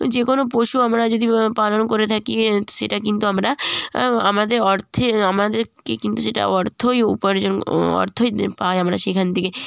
যে কোনো পশু আমরা যদি পালন করে থাকি সেটা কিন্তু আমরা আমাদের অর্থে আমাদেরকে কিন্তু সেটা অর্থই উপার্জন অর্থই পাই আমরা সেখান থেকে